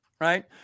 right